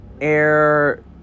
air